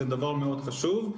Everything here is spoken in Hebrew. זה דבר מאוד חשוב.